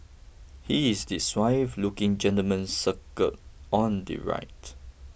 he is the suave looking gentleman circled on the right